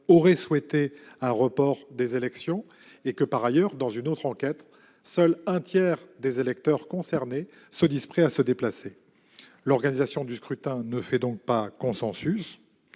auraient souhaité un report des élections. Par ailleurs, une autre enquête révèle que seul un tiers des électeurs concernés se disent prêts à se déplacer. L'organisation du scrutin ne fait donc pas consensus,